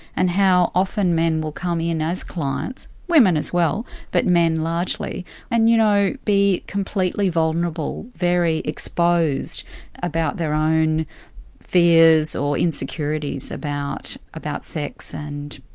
and how often men will come in as clients women as well, but men largely and, you know, be completely vulnerable, very exposed about their own fears or insecurities about about sex and,